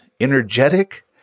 energetic